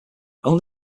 only